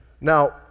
Now